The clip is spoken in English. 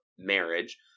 Marriage